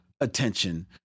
attention